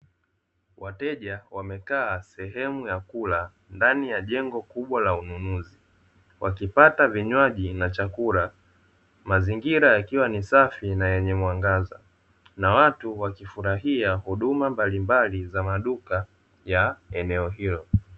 Wateja wamekaa sehemu ya kula ndani ya jengo kubwa la ununuzi, wakipata vinywaji na chakula, mazingira yakiwa ni safi na yenye mwangaza, na watu wakifurahia huduma mbalimbali za maduka ya eneo hilo.